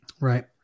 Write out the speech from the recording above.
Right